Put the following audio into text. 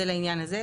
זה לעניין הזה.